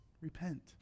repent